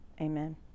Amen